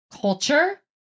culture